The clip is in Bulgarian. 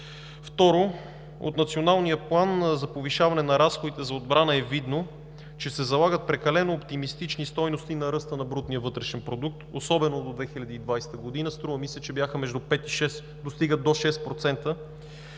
Второ, от Националния план за повишаване на разходите за отбрана е видно, че се залагат прекалено оптимистични стойности на ръста на брутния вътрешен продукт, особено до 2020 г., мисля, че бяха между